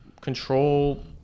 control